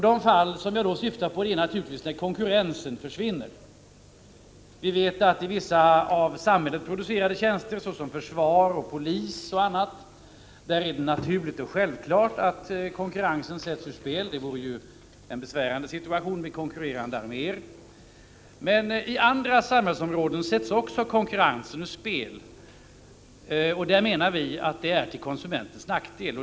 De fall som jag då syftar på är naturligtvis när konkurrensen försvinner. Vi vet att i fråga om vissa av samhället producerade tjänster — försvar, polis och annat — är det naturligt och självklart att konkurrensen sätts ur spel. Det vore ju en besvärande situation med konkurrerande arméer. Men på andra samhällsområden sätts också konkurrensen ur spel, och där menar vi att det är till konsumentens nackdel.